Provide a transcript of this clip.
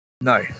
No